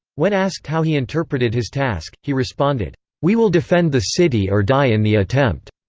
when asked how he interpreted his task, he responded we will defend the city or die in the attempt.